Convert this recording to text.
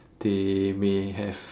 they may have